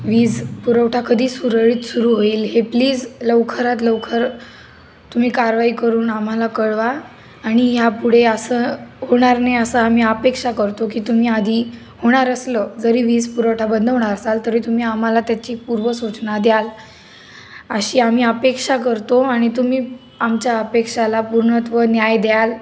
वीज पुरवठा कधी सुरळीत सुरू होईल हे प्लीज लवकरात लवकर तुम्ही कारवाई करून आम्हाला कळवा आणि ह्या पुढे असं होणार नाही असं आम्ही अपेक्षा करतो की तुम्ही आधी होणार असलं जरी वीज पुरवठा बंद होणार असाल तरी तुम्ही आम्हाला त्याची पूर्व सूचना द्याल अशी आम्ही अपेक्षा करतो आणि तुम्ही आमच्या अपेक्षाला पूर्णत्व न्याय द्याल